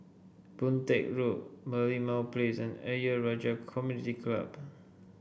Boon Teck Road Merlimau Place and Ayer Rajah Community Club